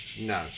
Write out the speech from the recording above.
No